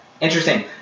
Interesting